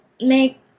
make